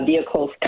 vehicles